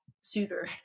suitor